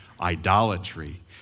idolatry